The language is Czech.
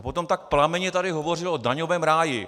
Potom tak plamenně tady hovořil o daňovém ráji.